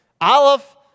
Aleph